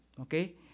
Okay